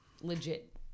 legit